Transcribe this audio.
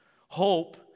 Hope